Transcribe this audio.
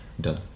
done